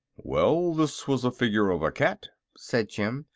well, this was a figure of a cat, said jim,